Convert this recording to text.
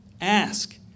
Ask